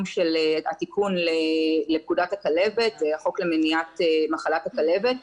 של התיקון לפקודת הכלבת החוק למניעת הכלבת,